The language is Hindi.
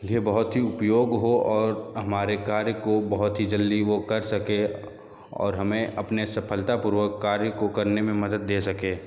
लिए बहुत ही उपयोग हो और हमारे कार्य को बहुत ही जल्दी वो कर सके और हमें अपने सफलतापूर्वक कार्य को करने में मदद दे सके